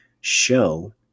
show